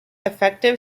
effective